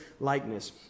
Likeness